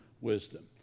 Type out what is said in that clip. wisdom